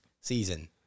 season